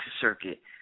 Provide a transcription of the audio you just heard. circuit